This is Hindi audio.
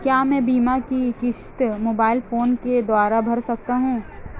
क्या मैं बीमा की किश्त मोबाइल फोन के द्वारा भर सकता हूं?